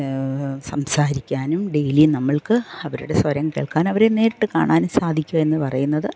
സംസാരിക്കാനും ഡൈയിലി നമ്മൾക്ക് അവരുടെ സ്വരം കേൾക്കാൻ അവരെ നേരിട്ട് കാണാനും സാധിക്കുവെന്നു പറയുന്നത്